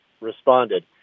responded